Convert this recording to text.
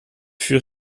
fut